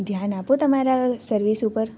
ધ્યાન આપો તમારા સર્વિસ ઉપર